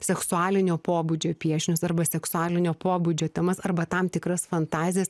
seksualinio pobūdžio piešinius arba seksualinio pobūdžio temas arba tam tikras fantazijas